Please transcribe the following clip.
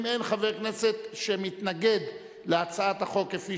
אם אין חבר כנסת שמתנגד להצעת החוק כפי